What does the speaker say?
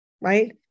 right